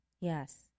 Yes